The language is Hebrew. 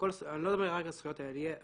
אני לא מדבר כרגע על זכויות הילד,